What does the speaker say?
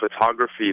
photography